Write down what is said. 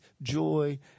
joy